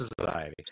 society